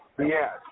Yes